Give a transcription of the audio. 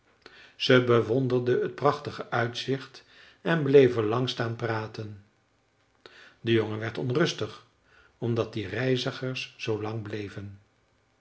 ze bewonderden het prachtige uitzicht en bleven lang staan praten de jongen werd onrustig omdat die reizigers zoo lang bleven